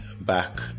back